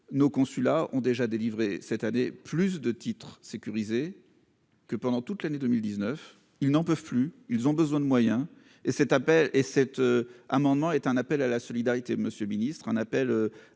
Nos consulats ont déjà délivré cette année plus de titres sécurisés que pendant toute l'année 2019. Ils n'en peuvent plus et ont besoin de moyens. Cet amendement est un appel à la solidarité, monsieur le ministre, un appel